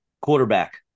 Quarterback